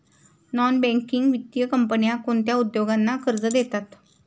Non banking वित्तीय कंपन्या कोणत्या उद्योगांना कर्ज देतात?